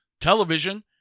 television